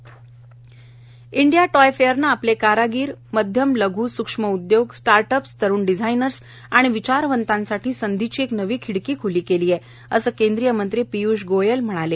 toy fair India toy फेअरने आपले कारागीर मध्यम लघ् सूक्ष्म उद्योग स्टार्टअप्स तरुण डिझायनर्स आणि विचारवंतांसाठी संधीची एक खिडकी खुली केली आहे असं केंद्रीय मंत्री पियूष गोयल यांनी म्हटलं आहे